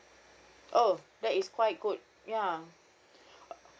oh that is quite good ya